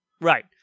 Right